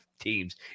teams